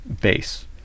base